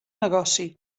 negoci